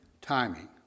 timing